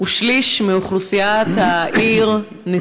כשליש מאוכלוסיית העיר.